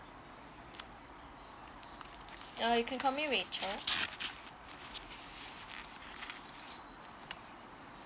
uh you can call me rachel